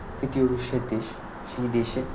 তৃতীয় বিশ্বের দেশ সেই দেশে